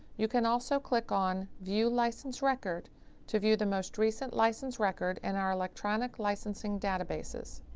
you can also click on view license record to view the most recent license record in our electronic licensing databases.